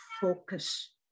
focus